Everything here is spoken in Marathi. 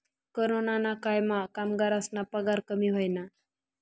कोरोनाना कायमा कामगरस्ना पगार कमी व्हयना